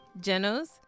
Genos